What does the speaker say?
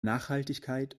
nachhaltigkeit